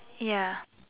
ya